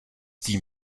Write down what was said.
tím